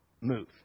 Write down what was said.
move